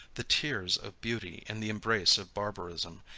the tears of beauty in the embrace of barbarism,